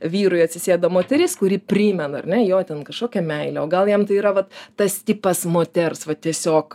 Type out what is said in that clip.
vyrui atsisėda moteris kuri primena ar ne jo ten kažkokią meilę o gal jam tai yra vat tas tipas moters vat tiesiog